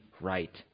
right